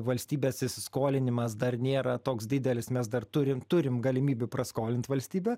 valstybės įsiskolinimas dar nėra toks didelis mes dar turim turim galimybių praskolint valstybę